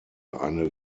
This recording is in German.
eine